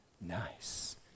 nice